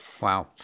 Wow